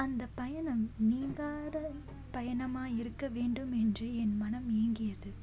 அந்த பயணம் நீங்காத பயணமாக இருக்க வேண்டும் என்று என் மனம் ஏங்கியது